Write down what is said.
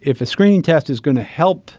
if a screening test is going to help